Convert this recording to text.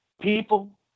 People –